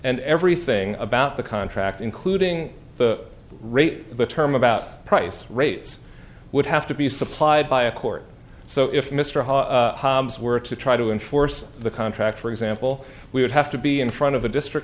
and everything about the contract including the rate the term about price rates would have to be supplied by a court so if mr hall were to try to enforce the contract for example we would have to be in front of a district